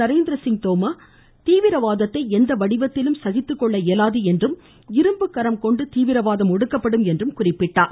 நரேந்திரசிங் தோமர் தீவிரவாதத்தை எந்த வடிவத்திலும் சகித்துக் கொள்ள இயலாது என்றும் இரும்புக்கரம் கொண்டு தீவிரவாதம் ஒடுக்கப்படும் என்றும் தெரிவித்தார்